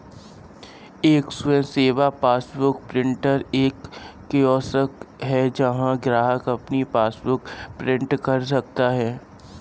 एक स्वयं सेवा पासबुक प्रिंटर एक कियोस्क है जहां ग्राहक अपनी पासबुक प्रिंट कर सकता है